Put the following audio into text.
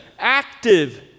active